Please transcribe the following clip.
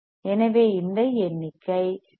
எனவே இந்த எண்ணிக்கை எல்